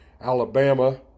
Alabama